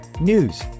News